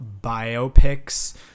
biopics